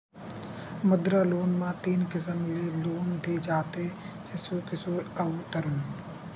मुद्रा लोन म तीन किसम ले लोन दे जाथे सिसु, किसोर अउ तरून